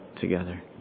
together